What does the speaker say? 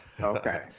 Okay